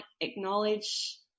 acknowledge